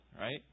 Right